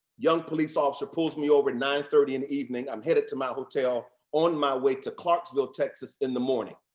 young police officer pulls me over at nine thirty in the evening. i'm headed to my hotel on my way to clarksville, texas in the morning.